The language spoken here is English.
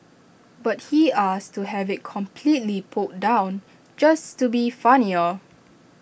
but he asked to have IT completely pulled down just to be funnier